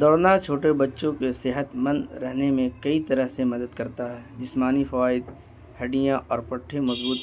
دوڑنا چھوٹے بچوں کے صحت مند رہنے میں کئی طرح سے مدد کرتا ہے جسمانی فوائد ہڈیاں اور پٹھے مضبوط